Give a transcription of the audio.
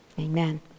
Amen